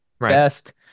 best